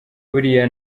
buriya